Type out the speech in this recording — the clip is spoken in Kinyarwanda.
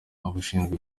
abashinzwe